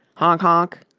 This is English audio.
honk, honk!